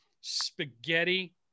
spaghetti